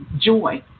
joy